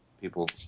people